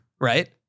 right